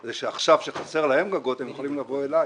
זה שעכשיו כשחסר להם גגות הם יכולים לבוא אליי.